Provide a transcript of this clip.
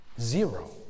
Zero